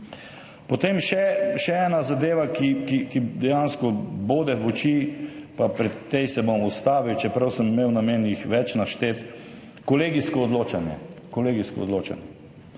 Potem še ena zadeva, ki dejansko bode v oči, pa pri tej se bom ustavil, čeprav sem jih imel namen našteti več, kolegijsko odločanje.